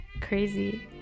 crazy